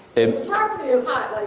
it probably is hot,